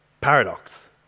Paradox